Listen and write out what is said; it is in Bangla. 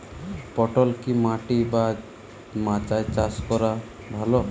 পটল কি মাটি বা মাচায় চাষ করা ভালো?